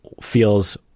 feels